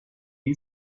این